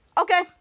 okay